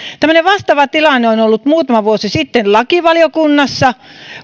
tämmöinen vastaava tilanne on on ollut muutama vuosi sitten lakivaliokunnassa